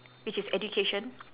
which is education